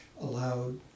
allowed